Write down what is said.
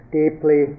deeply